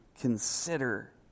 consider